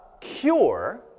cure